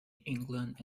england